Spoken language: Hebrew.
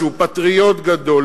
שהוא פטריוט גדול,